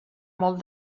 molt